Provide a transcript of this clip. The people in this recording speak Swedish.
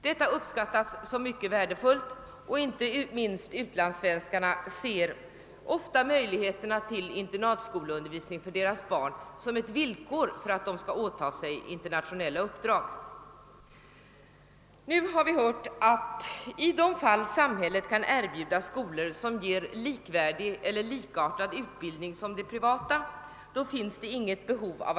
Detta uppskattas som värdefullt, och inte minst utlandssvenskarna ser ofta möjligheten till internatskoleundervisning för sina barn som ett villkor för att de skall åta sig internationella uppdrag. Vi har hört att i de fall då samhället kan erbjuda skolor som ger likvärdig eller likartad utbildning med de privatas finns det inget behov av.